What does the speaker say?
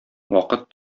вакыт